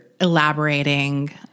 elaborating